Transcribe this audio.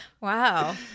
wow